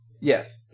Yes